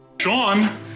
sean